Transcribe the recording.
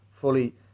fully